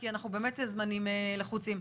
כי אנחנו באמת בזמנים לחוצים.